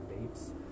dates